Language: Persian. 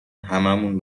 هممون